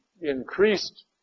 increased